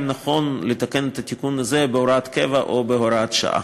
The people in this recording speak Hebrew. נכון לתקן את התיקון הזה בהוראת קבע או בהוראת שעה.